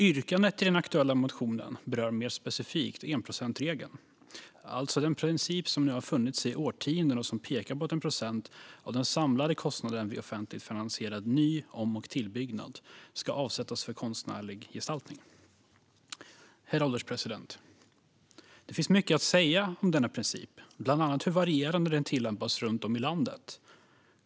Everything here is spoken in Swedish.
Yrkandet i den aktuella motionen berör mer specifikt enprocentsregeln - alltså den princip som nu har funnits i årtionden och som pekar på att 1 procent av den samlade kostnaden vid offentligt finansierad ny-, om och tillbyggnad ska avsättas för konstnärlig gestaltning. Herr ålderspresident! Det finns mycket att säga om denna princip, bland annat hur varierande den tillämpas runt om i landet.